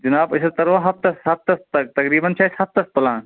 جِناب أسۍ حظ ترو ہفتس ہفتس تقریٖبًا چھُ اسہِ ہفتس پٕلان